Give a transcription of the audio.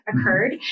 occurred